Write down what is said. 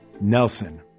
Nelson